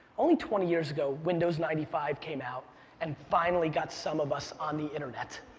only twenty years ago, windows ninety five came out and finally got some of us on the internet.